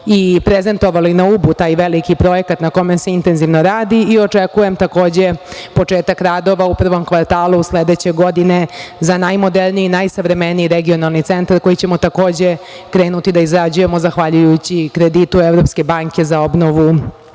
i prezentovali na Ubu taj veliki projekat na kome se intenzivno radi i očekujem takođe početak radova u prvom kvartalu sledeće godine za najmoderniji i najsavremeniji regionalni centar koji ćemo takođe krenuti da izgrađujemo zahvaljujući kreditu Evropske banke za obnovu